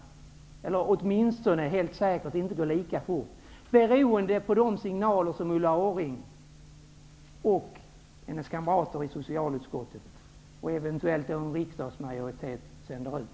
Åtminstone kommer avvecklingen helt säkert inte att gå lika fort, beroende på de signaler som Ulla Orring, hennes kamrater i socialutskottet och ev. en riksdagsmajoritet sänder ut.